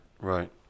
Right